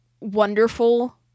wonderful